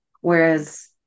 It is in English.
Whereas